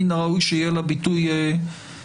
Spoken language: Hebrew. מן הראוי שיהיה לה ביטוי תקציבי.